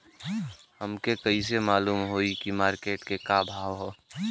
हमके कइसे मालूम होई की मार्केट के का भाव ह?